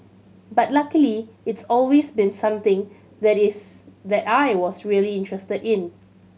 but luckily it's always been something that is that I was really interested in